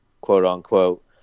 quote-unquote